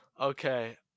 Okay